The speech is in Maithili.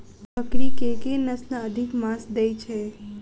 बकरी केँ के नस्ल अधिक मांस दैय छैय?